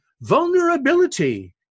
Vulnerability